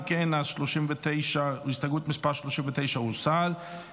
אם כן, הסתייגות מס' 39 הוסרה.